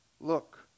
look